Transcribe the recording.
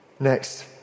Next